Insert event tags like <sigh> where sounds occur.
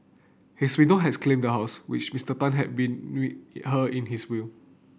his widow has claimed the house which Mister Tan had been <unintelligible> her in his will